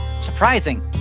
surprising